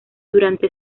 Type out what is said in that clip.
durante